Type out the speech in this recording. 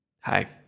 Hi